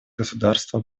государства